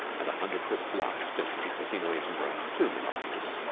and a hundred-foot bluff just to keep the scenery from growing too monotonous,